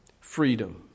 freedom